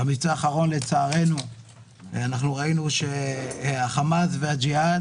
במבצע האחרון לצערנו ראינו שהחמאס והג'יהאד